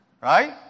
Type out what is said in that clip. Right